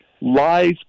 lies